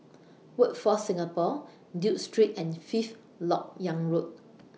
Workforce Singapore Duke Street and Fifth Lok Yang Road